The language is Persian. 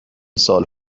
سال